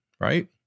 right